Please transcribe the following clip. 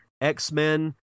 X-Men